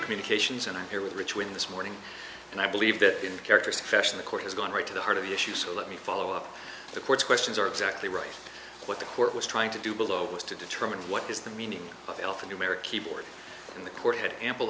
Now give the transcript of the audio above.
communications and i'm here with rich win this morning and i believe that in character succession the court has gone right to the heart of the issue so let me follow up the court's questions are exactly right what the court was trying to do below was to determine what is the meaning of alphanumeric keyboard and the court had ample